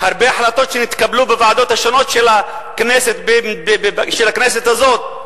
הרבה החלטות שנתקבלו בוועדות השונות של הכנסת הזאת,